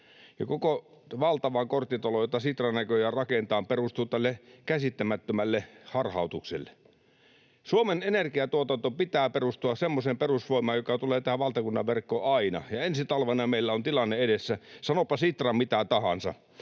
koko valtava korttitalo, jota Sitra näköjään rakentaa, perustuu tälle käsittämättömälle harhautukselle. Suomen energiantuotannon pitää perustua semmoiseen perusvoimaan, joka tulee tämän valtakunnan verkkoon aina, ja sanoipa Sitra mitä tahansa,